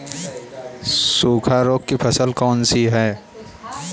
सूखा रोग की फसल कौन सी है?